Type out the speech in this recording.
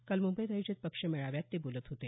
काल मुंबईत आयोजित पक्ष मेळाव्यात ते बोलत होते